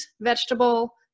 vegetable